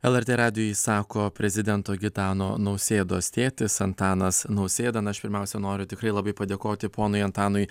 lrt radijui sako prezidento gitano nausėdos tėtis antanas nausėda na aš pirmiausia noriu tikrai labai padėkoti ponui antanui